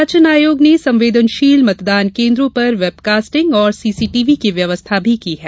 निर्वाचन आर्योग ने संवेदनशील मतदान कोन्द्रों पर वेबकास्टिंग एवं सीसीटीवी की व्यवस्था मी की है